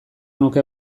nuke